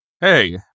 hey